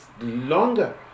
longer